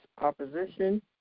opposition